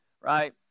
right